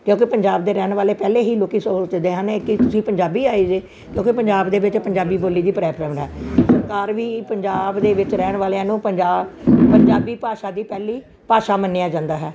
ਕਿਉਂਕਿ ਪੰਜਾਬ ਦੇ ਰਹਿਣ ਵਾਲੇ ਪਹਿਲੇ ਹੀ ਲੋਕ ਸੋਚਦੇ ਹਨ ਕਿ ਤੁਸੀਂ ਪੰਜਾਬੀ ਆਏ ਜੇ ਕਿਉਂਕਿ ਪੰਜਾਬ ਦੇ ਵਿੱਚ ਪੰਜਾਬੀ ਬੋਲੀ ਦੀ ਪ੍ਰੈਫਰੈਂਸ ਆ ਸਰਕਾਰ ਵੀ ਪੰਜਾਬ ਦੇ ਵਿੱਚ ਰਹਿਣ ਵਾਲਿਆਂ ਨੂੰ ਪੰਜਾਬ ਪੰਜਾਬੀ ਭਾਸ਼ਾ ਦੀ ਪਹਿਲੀ ਭਾਸ਼ਾ ਮੰਨਿਆ ਜਾਂਦਾ ਹੈ